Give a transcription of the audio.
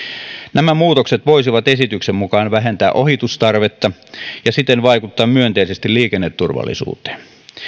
nämä muutokset voisivat esityksen mukaan vähentää ohitustarvetta ja siten vaikuttaa myönteisesti liikenneturvallisuuteen